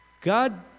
God